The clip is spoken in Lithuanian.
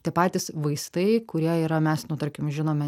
tie patys vaistai kurie yra mes nu tarkim žinome